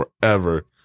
forever